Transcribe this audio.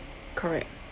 correct